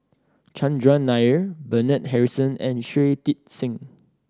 Chandran Nair Bernard Harrison and Shui Tit Sing